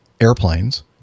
airplanes